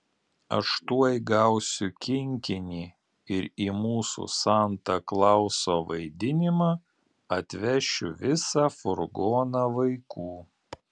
aš tuoj gausiu kinkinį ir į mūsų santa klauso vaidinimą atvešiu visą furgoną vaikų